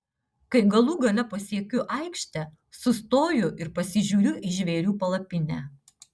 kai galų gale pasiekiu aikštę sustoju ir pasižiūriu į žvėrių palapinę